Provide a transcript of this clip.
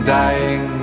dying